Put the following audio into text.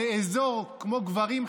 כמו גברים,